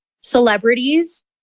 celebrities